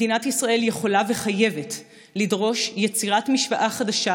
מדינת ישראל יכולה וחייבת לדרוש יצירת משוואה חדשה